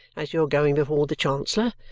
as you're going before the chancellor.